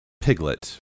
Piglet